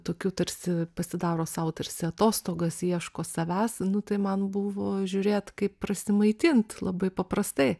tokiu tarsi pasidaro sau tarsi atostogas ieško savęs nu tai man buvo žiūrėt kaip prasimaitint labai paprastai